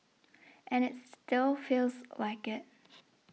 and it still feels like it